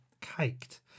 caked